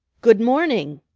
good morning!